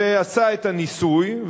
עשה את הניסוי,